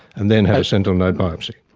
and then had a sentinel node biopsy.